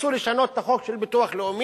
רצו לשנות את החוק של ביטוח לאומי